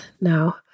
now